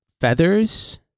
feathers